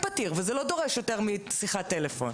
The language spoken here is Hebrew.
זה כן פתיר, וזה לא דורש יותר משיחת טלפון.